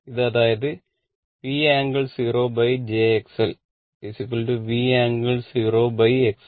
ഇത് അതായത് V ∟ 0 jXL V ∟ 0 XL ∟90 o